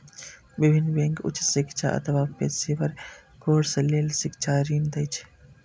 विभिन्न बैंक उच्च शिक्षा अथवा पेशेवर कोर्स लेल शिक्षा ऋण दै छै